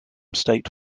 state